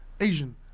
Asian